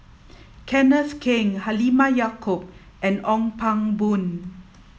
Kenneth Keng Halimah Yacob and Ong Pang Boon